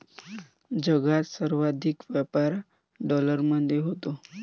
जगात सर्वाधिक व्यापार डॉलरमध्ये होतो